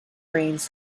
grains